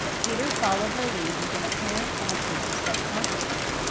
peter followed her lead with an apparent absence of self-consciousness,